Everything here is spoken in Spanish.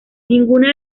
ninguna